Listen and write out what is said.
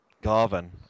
Garvin